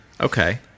Okay